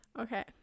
okay